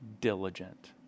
diligent